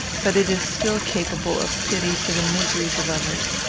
but it is still capable of pity for the miseries of others.